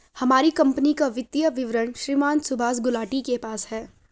हमारी कम्पनी का वित्तीय विवरण श्रीमान सुभाष गुलाटी के पास है